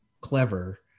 clever